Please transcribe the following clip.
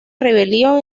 rebelión